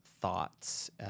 thoughts